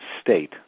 state